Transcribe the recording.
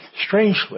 strangely